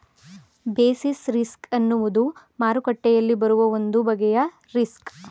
basis risk ಅನ್ನುವುದು ಮಾರುಕಟ್ಟೆಯಲ್ಲಿ ಬರುವ ಒಂದು ಬಗೆಯ ರಿಸ್ಕ್